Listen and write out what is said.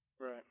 Right